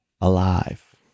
alive